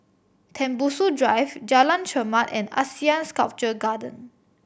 Tembusu Drive Jalan Chermat and ASEAN Sculpture Garden